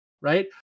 right